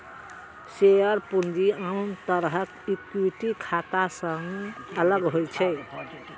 share पूंजी आन तरहक इक्विटी खाता सं अलग होइ छै